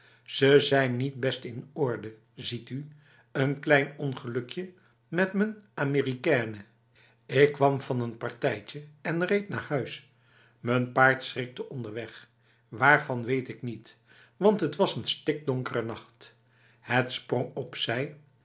ze zijn niet best in orde ziet u n klein ongelukje met m'n américaine ik kwam van n partijtje en reed naar huis m'n paard schrikte onderweg waarvan weet ik niet want t was n stikdonkere nacht het sprong opzij